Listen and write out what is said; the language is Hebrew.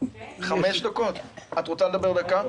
את רוצה לדבר דקה?